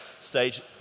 stage